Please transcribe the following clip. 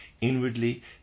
inwardly